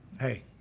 Hey